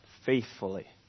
faithfully